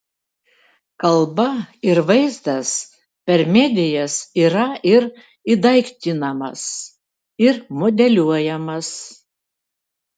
kalba ir vaizdas per medijas yra ir įdaiktinamas ir modeliuojamas